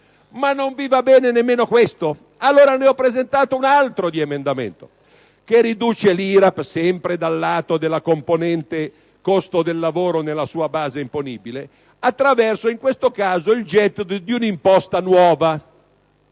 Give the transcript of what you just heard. a voi non va bene nemmeno questo: ho presentato allora un altro emendamento che riduce l'IRAP, sempre dal lato della componente costo del lavoro nella sua base imponibile, attraverso il gettito di un'imposta nuova.